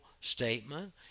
statement